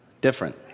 different